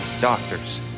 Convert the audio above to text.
doctors